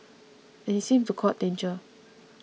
and he seemed to court danger